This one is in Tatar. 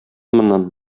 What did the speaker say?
моннан